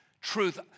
truth